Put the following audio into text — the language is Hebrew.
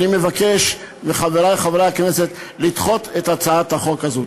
אני מבקש מחברי חברי הכנסת לדחות את הצעת החוק הזו.